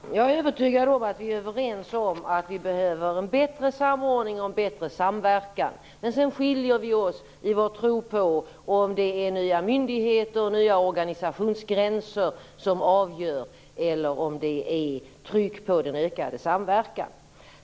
Herr talman! Jag är övertygad om att vi är överens om att vi behöver en bättre samordning och en bättre samverkan. Men sedan skiljer vi oss i vår tro på om det är nya myndigheter och nya organisationsgränser eller tryck på ökad samverkan som är avgörande.